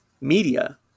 media